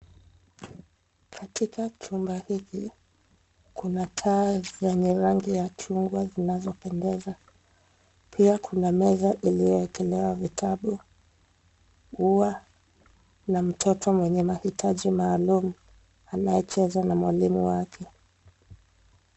Katika chumba hiki, kuna taa zenye rangi ya chungwa zinazopendeza. Pia kuna meza iliyowekelewa vitabu, ua, na mtoto mwenye mahitaji maalumu, anayecheza na mwalimu wake.